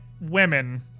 women